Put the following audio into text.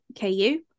KU